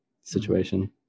situation